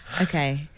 Okay